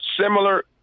similar